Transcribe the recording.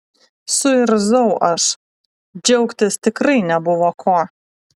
suirzau aš džiaugtis tikrai nebuvo ko